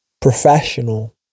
professional